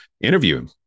Interview